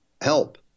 help